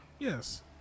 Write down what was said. Yes